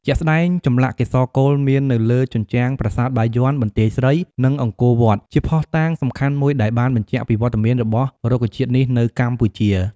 ជាក់ស្ដែង ចម្លាក់កេសរកូលមាននៅលើជញ្ជាំងប្រាសាទបាយ័ន បន្ទាយស្រី និងអង្គរវត្តជាភស្ដុតាងសំខាន់មួយដែលបានបញ្ជាក់ពីវត្តមាន របស់រុក្ខជាតិនេះនៅកម្ពុជា។